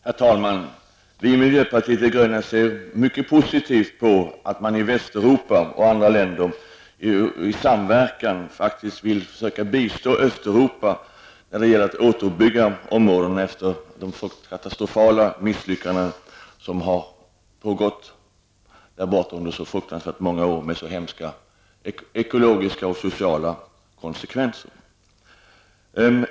Herr talman! Vi i miljöpartiet de gröna ser mycket positivt på att man i Västeuropa och i andra länder i samverkan faktiskt vill försöka bistå Östeuropa när det gäller att återuppbygga områdena efter de katastrofala misslyckanden som har gjorts under så många år och med så hemska ekologiska och sociala konsekvenser.